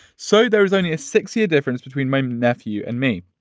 so there was only a six year difference between my nephew and me.